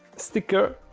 sticker.